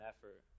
effort